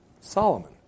Solomon